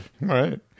right